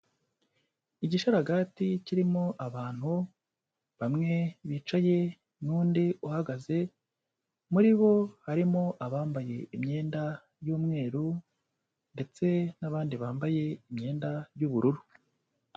Igishararagati kirimo abantu bamwe bicaye n'undi uhagaze, muri bo harimo abambaye imyenda y'umweru ndetse n'abandi bambaye imyenda y'ubururu.